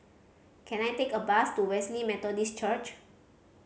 can I take a bus to Wesley Methodist Church